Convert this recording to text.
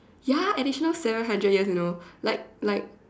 ya additional seven hundred years you know like like